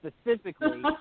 specifically